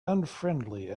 unfriendly